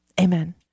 Amen